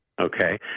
Okay